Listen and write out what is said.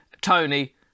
Tony